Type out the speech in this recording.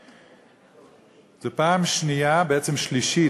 זו פעם שנייה, בעצם שלישית,